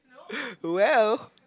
well